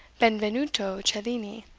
benvenuto cellini.